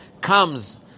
comes